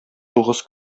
тугыз